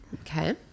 Okay